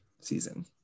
season